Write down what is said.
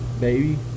baby